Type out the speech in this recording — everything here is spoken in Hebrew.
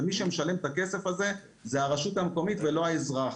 ומי שמשלם את הכסף הזה זה הרשות המקומית ולא האזרח.